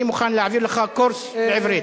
אני מוכן להעביר לך קורס בעברית.